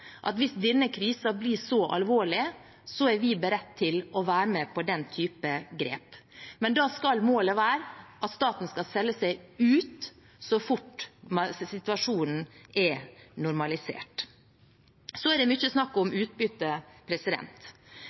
være med på å ta den typen grep. Men da skal målet være at staten skal selge seg ut så fort situasjonen er normalisert. Det er mye snakk om utbytte.